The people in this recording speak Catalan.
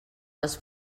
les